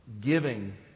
giving